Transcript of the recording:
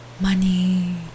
Money